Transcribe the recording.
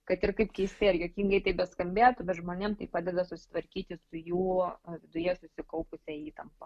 kad ir kaip keistai ir juokingai tai beskambėtų bet žmonėm tai padeda susitvarkyti su jų viduje susikaupusia įtampa